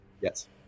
Yes